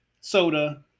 soda